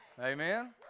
Amen